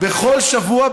בכל שבוע,